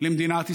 למדינת ישראל.